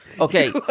Okay